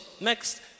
next